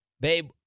Babe